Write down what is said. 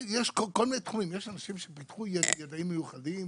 יש אנשים שפיתחו ידע מיוחד,